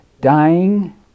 dying